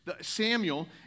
Samuel